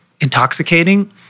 intoxicating